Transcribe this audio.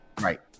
Right